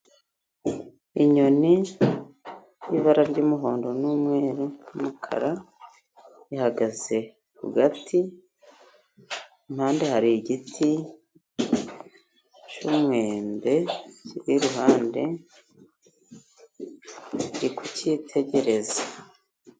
Inyoni y'ibara ry'umuhondo, n'umweru, n'umukara, ihagaze hagati impande hari igiti cy'umwembe kiri iruhande iri kucyitegereza.